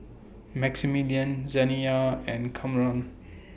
Maximillian Zaniyah and Kamron